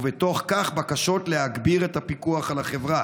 ובתוך כך בקשות להגביר הפיקוח על החברה?